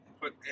put